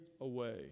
away